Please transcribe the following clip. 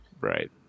Right